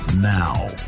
Now